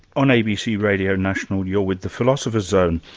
on abc radio national, you're with the philosopher's zone,